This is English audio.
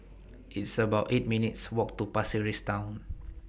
It's about eight minutes' Walk to Pasir Ris Town